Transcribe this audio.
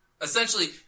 Essentially